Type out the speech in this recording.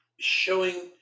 showing